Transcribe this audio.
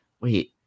wait